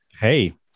hey